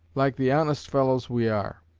like the honest fellows we are.